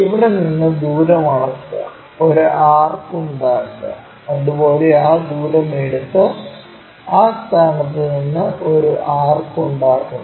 ഇവിടെ നിന്ന് ദൂരം അളക്കുക ഒരു ആർക്ക് ഉണ്ടാക്കുക അതുപോലെ ആ ദൂരം എടുത്ത് ആ സ്ഥാനത്ത് നിന്ന് ഒരു ആർക്ക് ഉണ്ടാക്കുന്നു